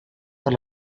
per